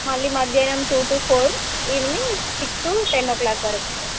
మళ్ళీ మధ్యాహ్నం two two four evening six two ten o'clock వరకు ఉంటారు